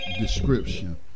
description